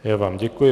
Já vám děkuji.